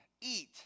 Eat